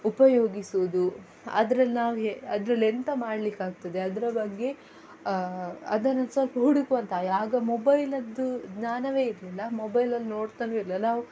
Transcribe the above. ಉಪಯೋಗಿಸೂದು ಅದ್ರಲ್ಲಿ ನಾವು ಏ ಅದರಲ್ಲೆಂತ ಮಾಡಲಿಕ್ಕಾಗ್ತದೆ ಅದರ ಬಗ್ಗೆ ಅದನ್ನು ಸ್ವಲ್ಪ ಹುಡುಕುವ ಅಂತ ಆಗ ಮೊಬೈಲದ್ದು ಜ್ಞಾನವೇ ಇರಲಿಲ್ಲ ಮೊಬೈಲನ್ನ ನೋಡ್ತಲೂ ಇರಲ್ಲ ನಾವು